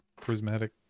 Prismatic